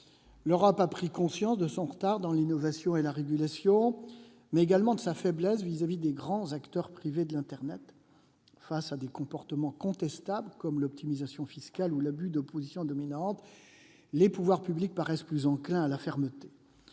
L'Europe a pris conscience de son retard dans l'innovation et la régulation, mais également de sa faiblesse vis-à-vis des grands acteurs privés de l'internet. Face à des comportements contestables, comme l'optimisation fiscale ou l'abus de position dominante, les pouvoirs publics paraissent plus enclins à la fermeté.